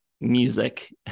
music